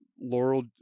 laurel